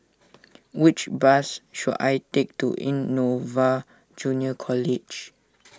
which bus should I take to Innova Junior College